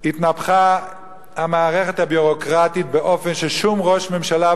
התנפחה המערכת הביורוקרטית באופן ששום ראש ממשלה,